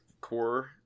core